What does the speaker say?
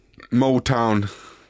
Motown